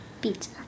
Pizza